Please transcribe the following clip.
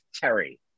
Terry